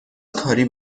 کاری